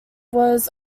was